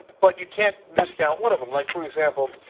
but you cannot discount one of them. like for example,